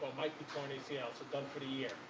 might be torn acl, so done for the year,